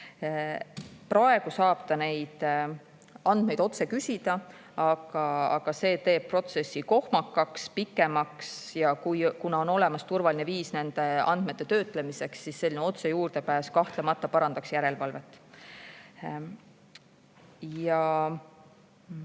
Praegu saab ta neid andmeid otse küsida, aga see teeb protsessi kohmakaks ja pikemaks. Kuna on olemas turvaline viis nende andmete töötlemiseks, siis selline otsejuurdepääs kahtlemata parandaks järelevalvet. Need